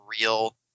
real